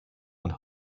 und